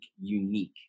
unique